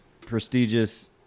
prestigious